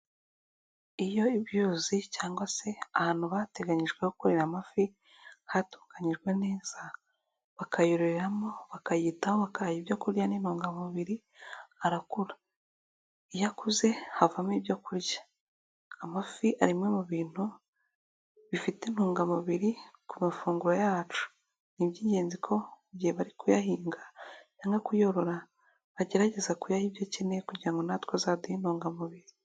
Iyo ibyuzi cyangwa se ahantu bateganyijwe gukorera amafi hatunganyijwe neza bakayororeramo bakayitaho bakayaha ibyokurya n'intungamubiri arakura, iyo akuze havamo ibyo kurya. Amafi ari mu bintu bifite intungamubiri ku mafunguro yacu, ni iby'ingenzi ko mu gihe bari kuyahinga cyangwa kuyorora agerageza kuyaha ibyo akeneye kugira natwe azaduhe intungamubiri.